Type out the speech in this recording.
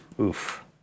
Oof